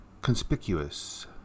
Conspicuous